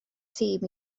tîm